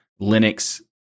Linux